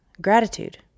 gratitude